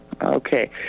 okay